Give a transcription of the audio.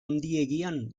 handiegian